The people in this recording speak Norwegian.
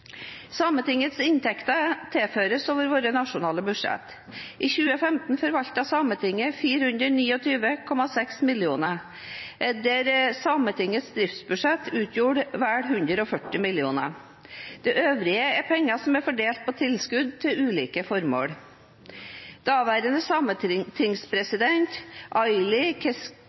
Sametingets inntekter tilføres over våre nasjonale budsjetter. I 2015 forvaltet Sametinget 429,6 mill. kr, hvorav Sametingets driftsbudsjett utgjorde vel 140 mill. kr. Det øvrige er penger som er fordelt på tilskudd til ulike formål. Daværende